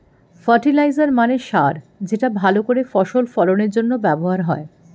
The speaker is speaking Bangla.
ফার্টিলাইজার মানে সার যেটা ভালো করে ফসল ফলনের জন্য ব্যবহার হয়